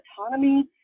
autonomy